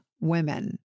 women